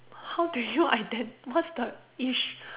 how do you iden~ what's the